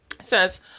Says